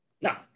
Now